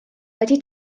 wedi